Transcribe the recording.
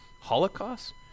Holocaust